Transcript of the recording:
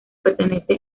pertenece